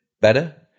better